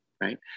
right